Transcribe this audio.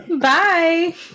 Bye